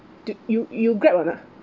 do you you grab or not